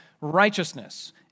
righteousness